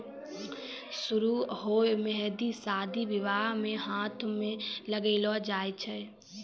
सरु रो मेंहदी शादी बियाह मे हाथ मे लगैलो जाय छै